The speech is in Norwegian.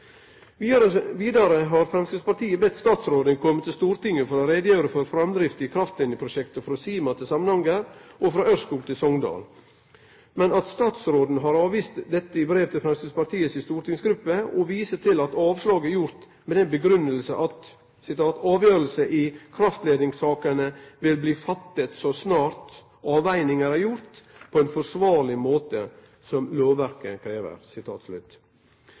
har Framstegspartiet bede statsråden kome til Stortinget for å greie ut om framdrift i kraftlinjeprosjekta frå Sima til Samnanger og frå Ørskog til Sogndal. Men statsråden har avvist dette i brev til Framstegspartiets stortingsgruppe, og han viser til at avslaget er teke med den grunngjevinga at «avgjørelse i kraftledningssakene vil bli fattet så snart , avveininger er gjort på en forsvarlig måte som lovverket krever».